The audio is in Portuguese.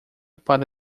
para